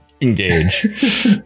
engage